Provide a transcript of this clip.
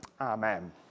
Amen